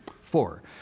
Four